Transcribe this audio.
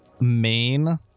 main